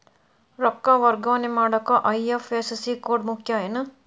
ರೊಕ್ಕ ವರ್ಗಾವಣೆ ಮಾಡಾಕ ಐ.ಎಫ್.ಎಸ್.ಸಿ ಕೋಡ್ ಮುಖ್ಯ ಏನ್